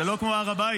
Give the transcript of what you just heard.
זה לא כמו הר הבית.